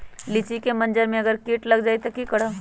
लिचि क मजर म अगर किट लग जाई त की करब?